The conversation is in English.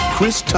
Chris